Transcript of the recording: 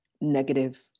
negative